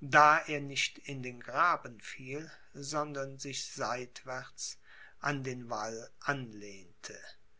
da er nicht in den graben fiel sondern sich seitwärts an den wall anlehnte